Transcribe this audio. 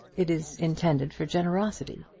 it is intended for generosity.